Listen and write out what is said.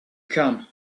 can